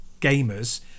gamers